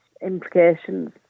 implications